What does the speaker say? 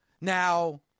Now